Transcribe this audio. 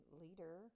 leader